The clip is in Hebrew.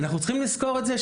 אנחנו צריכים לזכור את זה.